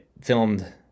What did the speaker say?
filmed